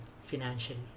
financially